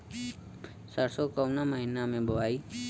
सरसो काउना महीना मे बोआई?